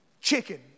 chicken